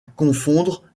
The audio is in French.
confondre